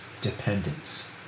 dependence